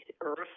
earth